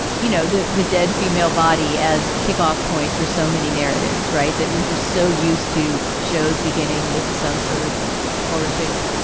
you know, the the dead female body as kick off point for so many narratives. right. that we're just so used to shows, beginning with some sort of horrific